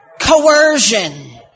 Coercion